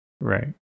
right